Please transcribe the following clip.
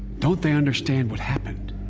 don't they understand what happened?